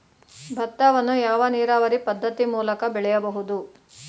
ಭತ್ತವನ್ನು ಯಾವ ನೀರಾವರಿ ಪದ್ಧತಿ ಮೂಲಕ ಬೆಳೆಯಬಹುದು?